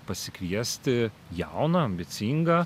pasikviesti jauną ambicingą